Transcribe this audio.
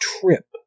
trip